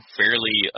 fairly